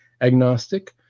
agnostic